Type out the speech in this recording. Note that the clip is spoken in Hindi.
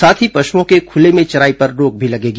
साथ ही पशुओं के खुले में चराई पर रोक भी लगेगी